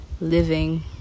living